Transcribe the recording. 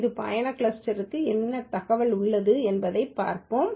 இந்த பயணக் கிளஸ்டருக்கு என்ன தகவல் உள்ளது என்று பார்ப்போம்